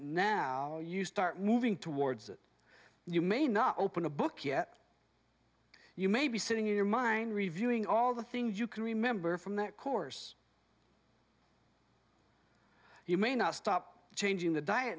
now you start moving towards it you may not open a book yet you may be sitting in your mind reviewing all the things you can remember from that course you may not stop changing the